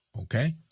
Okay